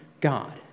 God